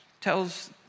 tells